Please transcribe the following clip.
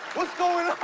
what's going